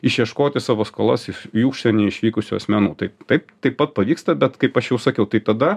išieškoti savo skolas į užsienį išvykusių asmenų tai taip taip pat pavyksta bet kaip aš jau sakiau tai tada